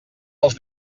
els